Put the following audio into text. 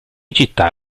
città